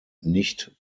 nicht